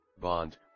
bond